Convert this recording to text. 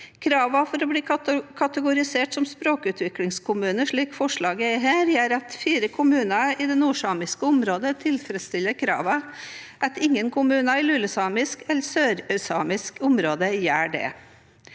Kravene for å bli kategorisert som språkutviklingskommune, slik forslaget er her, gjør at fire kommuner i det nordsamiske området tilfredsstiller kravene, og at ingen kommuner i lulesamisk eller sørsamisk område gjør det.